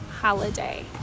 holiday